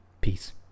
Peace